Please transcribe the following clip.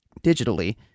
digitally